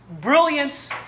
brilliance